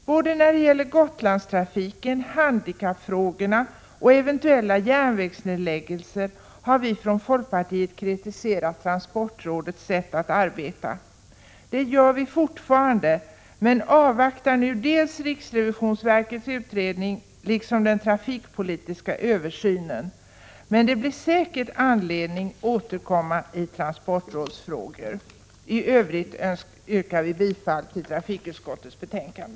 Både när det gäller Gotlandstrafiken, handikappfrågorna och eventuella järnvägsnedläggelser har vi från folkpartiet kritiserat transportrådets sätt att arbeta. Det gör vi fortfarande men avvaktar nu riksrevisionsverkets utredning liksom den trafikpolitiska översynen. Men det blir säkert anledning att återkomma när det gäller transportrådsfrågor. I övrigt yrkar jag bifall till hemställan i trafikutskottets betänkande.